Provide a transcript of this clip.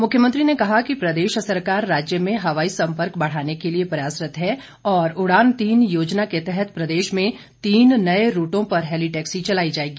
मुख्यमंत्री ने कहा कि प्रदेश सरकार राज्य में हवाई संपर्क बढ़ाने के लिए प्रयासरत है और उड़ान तीन योजना के तहत प्रदेश में तीन नए रूटों पर हैली टैक्सी चलाई जाएगी